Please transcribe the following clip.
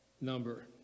number